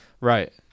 Right